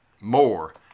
more